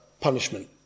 punishment